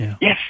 Yes